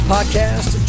Podcast